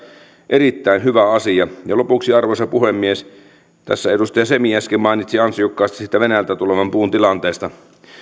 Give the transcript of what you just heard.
erittäin hyvä asia lopuksi arvoisa puhemies tässä edustaja semi äsken mainitsi ansiokkaasti siitä venäjältä tulevan puun tilanteesta